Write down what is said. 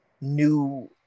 new